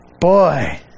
Boy